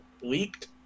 leaked